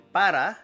para